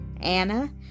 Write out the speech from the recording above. anna